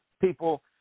people